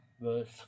verse